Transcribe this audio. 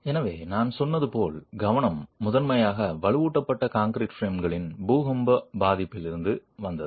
எனவே நான் சொன்னது போல் கவனம் முதன்மையாக வலுவூட்டப்பட்ட கான்கிரீட் பிரேம்களின் பூகம்ப பதிலிலிருந்து வந்தது